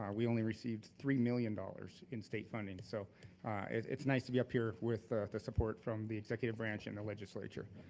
we only received three million dollars in state funding. so it's nice to be up here with the support from the executive branch and the legislature.